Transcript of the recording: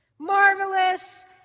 Marvelous